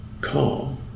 calm